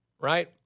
right